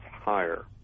higher